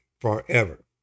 forever